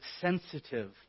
sensitive